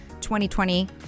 2020